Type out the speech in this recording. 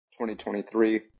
2023